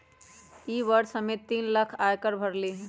ई वर्ष हम्मे तीन लाख आय कर भरली हई